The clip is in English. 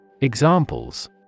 Examples